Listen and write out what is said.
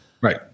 right